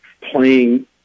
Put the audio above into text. playing